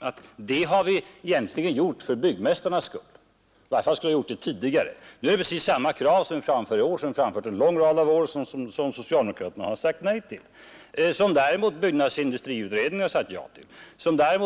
att det har vi tidigare gjort för byggmästarnas skull, i varje fall skulle vi ha gjort det tidigare. Men vi framför faktiskt samma krav i år som vi har framfört under en lång rad av år och som socialdemokraterna har sagt nej till. Däremot har byggnadsindustriutredningen erkänt anbudskonkurrensens fördelar.